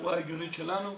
בצורה ההגיונית שלנו.